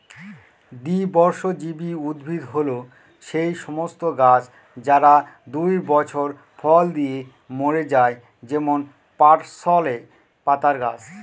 দ্বিবর্ষজীবী উদ্ভিদ হল সেই সমস্ত গাছ যারা দুই বছর ফল দিয়ে মরে যায় যেমন পার্সলে পাতার গাছ